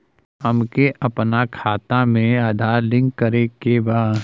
हमके अपना खाता में आधार लिंक करें के बा?